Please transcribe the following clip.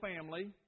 family